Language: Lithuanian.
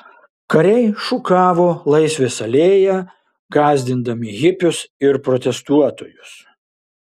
kariai šukavo laisvės alėją gąsdindami hipius ir protestuotojus